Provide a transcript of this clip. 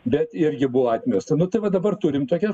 bet irgi buvo atmesta nu tai va dabar turim tokią